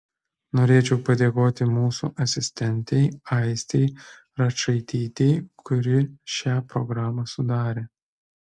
norėčiau padėkoti mūsų asistentei aistei račaitytei kuri šią programą sudarė